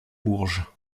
bourges